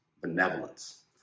benevolence